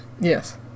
Yes